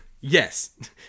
Yes